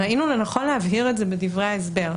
ראינו לנכון להבהיר את זה בדברי ההסבר.